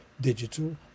digital